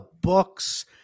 books